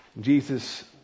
Jesus